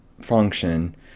function